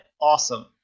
awesome